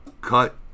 cut